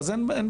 אז אין בעיה.